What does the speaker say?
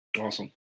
Awesome